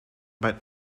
but